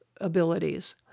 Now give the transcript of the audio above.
abilities